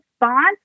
response